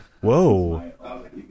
Whoa